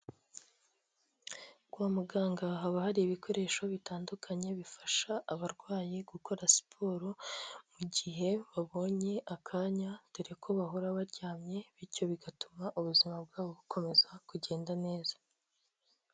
Kwa muganga haba hari ibikoresho bitandukanye bifasha abarwayi gukora siporo mu gihe babonye akanya, dore ko bahora baryamye bityo bigatuma ubuzima bwabo bukomeza kugenda neza.